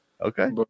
Okay